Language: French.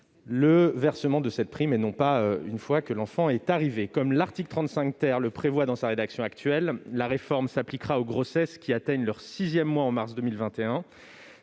le versement de cette prime avant la naissance, et non pas une fois que l'enfant est arrivé. Comme l'article 35 le prévoit dans sa rédaction actuelle, la réforme s'appliquera aux grossesses qui atteignent leur sixième mois en mars 2021,